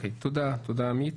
תודה עמית.